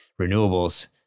renewables